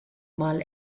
mal